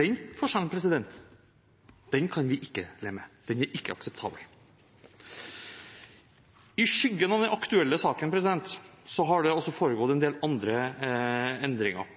Den forskjellen kan vi ikke leve med. Den er ikke akseptabel. I skyggen av den aktuelle saken har det foregått en del andre endringer.